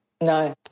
No